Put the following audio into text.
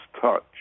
touch